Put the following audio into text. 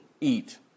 Eat